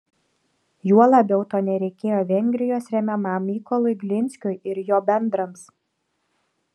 juo labiau to nereikėjo vengrijos remiamam mykolui glinskiui ir jo bendrams